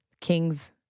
Kings